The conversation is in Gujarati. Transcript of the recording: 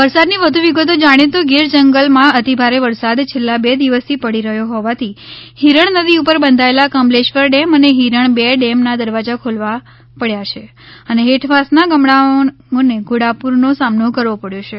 વરસાદની વધૂ વિગતો જાણીએ તો ગીર જંગલ માં અતિ ભારે વરસાદ છેલ્લા બે દિવસ થી પડી રહ્યો હોવાથી હિરણ નદી ઉપર બંધાયેલા કમલેશ્વર ડેમ અને હિરણ બે ડેમ ના દરવાજા ખોલવા પડ્યા છે અને હેઠવાસના ગામડાઓને ઘોડાપૂર નો સામનો કરવો પડ્યો છે